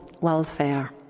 welfare